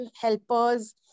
helpers